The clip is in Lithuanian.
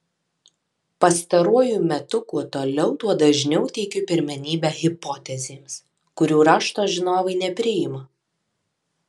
pastaruoju metu kuo toliau tuo dažniau teikiu pirmenybę hipotezėms kurių rašto žinovai nepriima